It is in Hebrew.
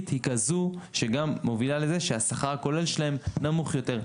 כזו שגם מובילה לזה שהשכר הכולל שלהם נמוך יותר.